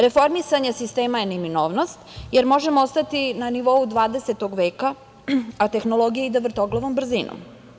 Reformisanje sistema je neminovnost, jer možemo ostati na nivou 20. veka, a tehnologija ide vrtoglavom brzinom.